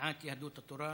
מסיעת יהדות התורה,